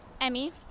emmy